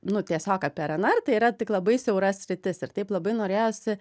nu tiesiog apie rnr tai yra tik labai siaura sritis ir taip labai norėjosi